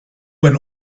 when